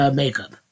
makeup